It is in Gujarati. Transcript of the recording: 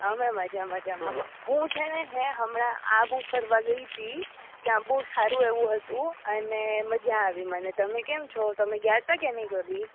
અમે મજા મજામાં હું છેને હે હમણાં આબુ ફરવા ગઈ તી ત્યાં બઉ સારું એવું હતું અને મજા આવી મને તમે કેમ છો તમે ગ્યાં તા કે નઇ કભી